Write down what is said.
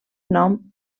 nom